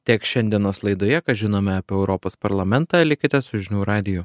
tiek šiandienos laidoje ką žinome apie europos parlamentą likite su žinių radiju